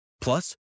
Plus